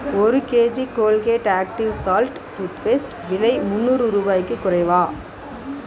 ஒரு KG Colgate active salt toothpaste விலை முன்னூறு ரூபாய்க்குக் குறைவா